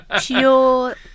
pure